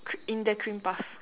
c~ in the cream puff